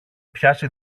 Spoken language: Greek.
πιάσει